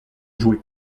jouer